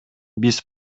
биз